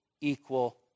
equal